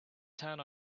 turn